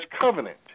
covenant